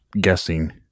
guessing